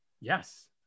Yes